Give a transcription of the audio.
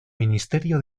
ministerio